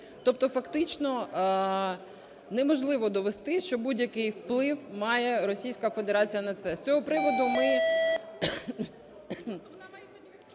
Тобто фактично неможливо довести, що будь-який вплив має Російська Федерація на це. З цього приводу ми